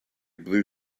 blue